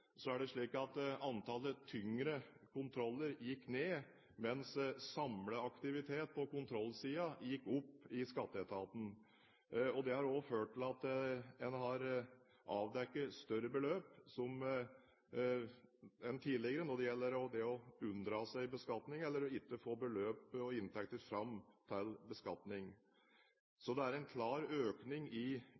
er det slik at antallet tyngre kontroller i skatteetaten gikk ned, mens samlet aktivitet på kontrollsiden gikk opp. Det har også ført til at en har avdekket større beløp enn tidligere når det gjelder det å unndra seg beskatning, eller ikke å få beløp og inntekter fram til beskatning. Det er en klar økning i